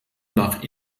nach